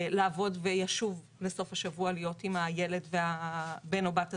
לעבוד וישוב לסוף השבוע להיות עם הילד ובן או בת הזוג.